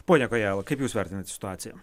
pone kojala kaip jūs vertinat situaciją